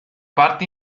parte